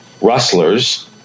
rustlers